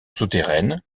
souterraine